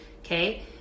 okay